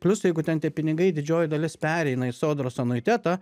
plius jeigu ten tie pinigai didžioji dalis pereina į sodros anuitetą